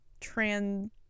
trans